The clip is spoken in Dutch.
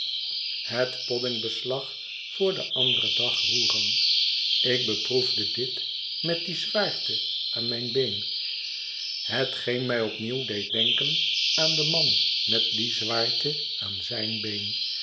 het poddingbeslag voor den anderen dag roeren ik beproefde dit met die zwaarte aan mijn been hetgeen mij opnieuw deed denken aan den man met die zwaarte aan zijn been